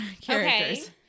characters